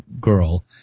girl